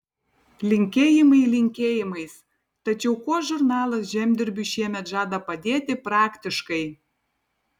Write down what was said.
linkėjimai linkėjimais tačiau kuo žurnalas žemdirbiui šiemet žada padėti praktiškai